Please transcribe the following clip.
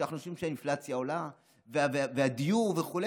כשאנחנו שומעים שהאינפלציה עולה והדיור וכו'.